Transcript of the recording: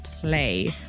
play